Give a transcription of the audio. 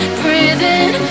breathing